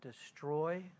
destroy